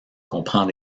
comprend